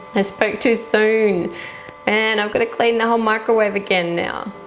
i spoke too soon and i've got to clean the whole microwave again now